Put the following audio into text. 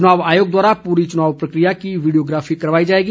चनाव आयोग द्वारा पूरी चुनाव प्रक्रिया की वीडियोग्राफी करवाई जाएगी